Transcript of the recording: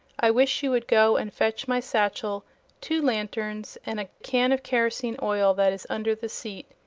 i wish you would go and fetch my satchel two lanterns, and a can of kerosene oil that is under the seat.